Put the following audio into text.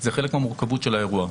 זאת חלק ממורכבות האירוע.